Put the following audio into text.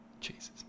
Jesus